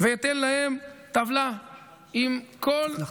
ואתן להם טבלה עם כל, לחתור.